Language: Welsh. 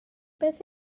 beth